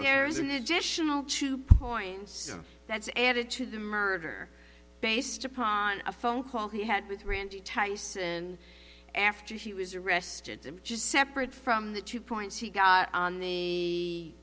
there's an egyptian will two points that's added to the murder based upon a phone call he had with randy tyson after he was arrested just separate from the two points he got on the